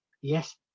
yes